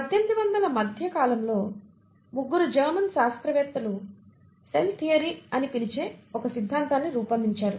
1800ల మధ్యకాలంలో ముగ్గురు జర్మన్ శాస్త్రవేత్తలు సెల్ థియరీ అని పిలిచే ఒక సిద్ధాంతాన్ని రూపొందించారు